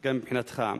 גם מבחינתך.